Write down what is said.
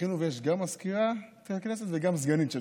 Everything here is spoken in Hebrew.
זכינו ויש גם מזכירת הכנסת וגם סגנית,